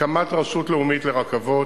הקמת רשות לאומית לרכבות,